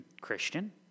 Christian